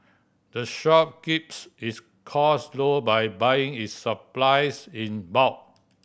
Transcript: the shop keeps its cost low by buying its supplies in bulk